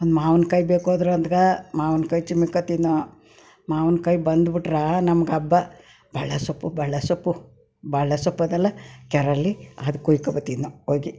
ಮಾವಿನ್ಕಾಯಿ ಬೇಕಾದ್ರೂ ಅಂದ್ಗೆ ಮಾವಿನ್ಕಾಯಿ ಚಿಮ್ಮಿಕತ್ತು ತಿನ್ನುವ ಮಾವಿನ್ಕಾಯಿ ಬಂದು ಬಿಟ್ರೆ ನಮ್ಗೆ ಹಬ್ಬ ಭಾಳ ಸೊಪ್ಪು ಭಾಳ ಸೊಪ್ಪು ಭಾಳ ಸೊಪ್ಪು ಅದಲ್ಲ ಕೆರೆಯಲ್ಲಿ ಅದು ಕುಯ್ಕೋ ಬರ್ತಿದ್ದು ನಾವು ಹೋಗಿ